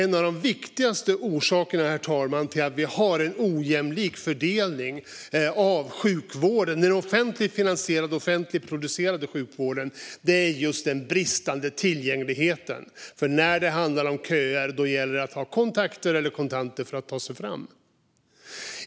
En av de viktigaste orsakerna till att vi har en ojämlik fördelning av den offentligt finansierade och offentligt producerade sjukvården är just den bristande tillgängligheten. När det handlar om köer gäller det att ha kontakter eller kontanter för att ta sig fram.